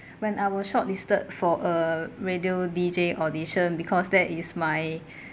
I was shortlisted for a radio deejay audition because that is my